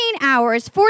hours